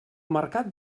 mercat